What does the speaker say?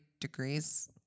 degrees